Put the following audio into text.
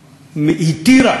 התיר,